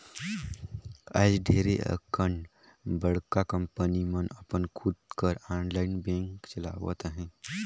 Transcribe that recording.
आएज ढेरे अकन बड़का कंपनी मन अपन खुद कर आनलाईन बेंक चलावत अहें